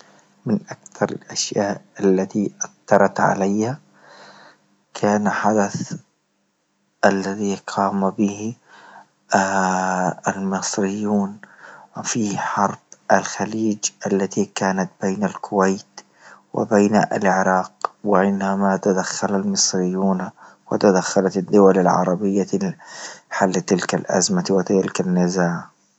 من أكثر الاشياء التي أثرت علي كان حدث الذي قام به المصريون وفي حرب الخليج التي كانت بين الكويت وبين العراق وإنما تدخل المصريون وتدخلت الدول العربية لحل تلك الازمة وتلك النزاهة.